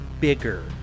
bigger